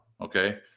Okay